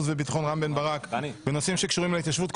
וביטחון רם בן ברק בנושאים שקשורים להתיישבות,